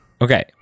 Okay